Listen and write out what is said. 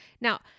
Now